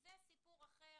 זה סיפור אחר,